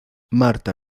marta